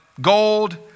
gold